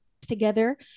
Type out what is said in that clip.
together